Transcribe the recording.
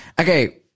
Okay